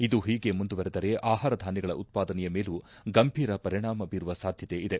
ಇದು ಹೀಗೆ ಮುಂದುವರಿದರೆ ಆಹಾರ ಧಾನ್ಯಗಳ ಉತ್ಪಾದನೆಯ ಮೇಲೂ ಗಂಭೀರ ಪರಿಣಾಮ ಬೀರುವ ಸಾಧ್ಯತೆ ಇದೆ